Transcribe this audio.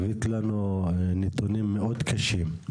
הבאת לנו נתונים מאוד קשים,